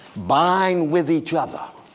bind with each other